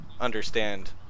understand